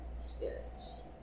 spirits